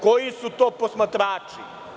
Koji su to posmatrači?